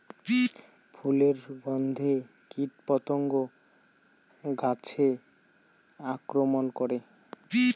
ফুলের গণ্ধে কীটপতঙ্গ গাছে আক্রমণ করে?